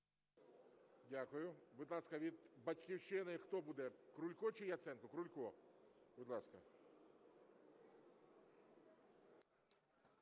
Дякую. Будь ласка, від "Батьківщини" хто буде – Крулько чи Яценко? Крулько, будь ласка.